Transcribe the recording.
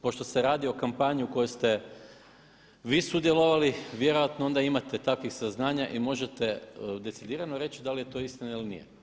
Pošto se radi o kampanji u kojoj ste vi sudjelovali, vjerojatno onda imate takvih saznanja i možete decidirano reći da li je to istina ili nije.